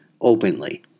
openly